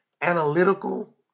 analytical